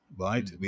right